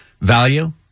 value